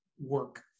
work